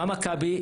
מה מכבי,